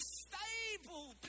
stable